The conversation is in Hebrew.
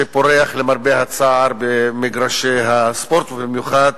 שפורחת, למרבה הצער, במגרשי הספורט, ובמיוחד